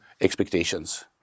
expectations